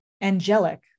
angelic